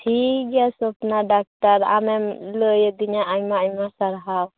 ᱴᱷᱤᱠ ᱜᱮᱭᱟ ᱥᱚᱯᱱᱟ ᱰᱟᱠᱛᱟᱨ ᱟᱢᱮᱢ ᱞᱟ ᱭᱟ ᱫᱤᱧᱟ ᱟᱭᱢᱟ ᱟᱭᱢᱟ ᱥᱟᱨᱦᱟᱣ